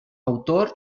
autors